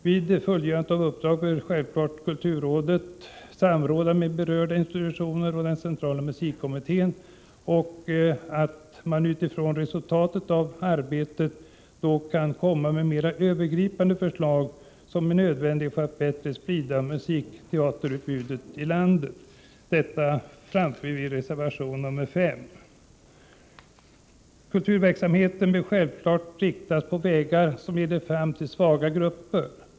Vid fullgörandet av uppdraget bör kulturrådet självfallet samråda med de berörda institutionerna och den centrala musikkommittén och bl.a. utifrån resultaten av kommitténs arbete komma med de övergripande förslag som är nödvändiga för att bättre sprida musikteaterutbudet i landet. Detta framför vi i reservation 5. Kulturverksamheten bör självfallet riktas mot vägar som leder fram till svaga grupper.